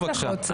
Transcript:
בבקשה.